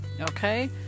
Okay